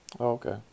Okay